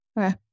Okay